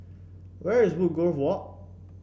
where is Woodgrove Walk